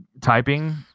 typing